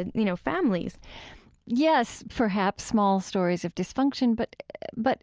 and you know, families yes, perhaps, small stories of dysfunction, but but